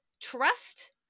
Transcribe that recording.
trust